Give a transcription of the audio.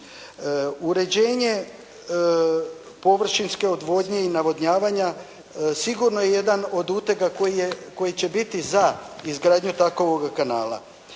Uređenje površinske odvodnje i navodnjavanja sigurno je jedan od utega koji će biti za izgradnju takvog kanala,